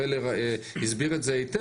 הראל הסביר את זה היטב,